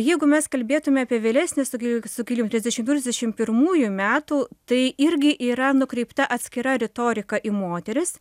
jeigu mes kalbėtume apie vėlesnį suki sukilimą trisdešimtųjų trisdešimt pirmųjų metų tai irgi yra nukreipta atskira retorika į moteris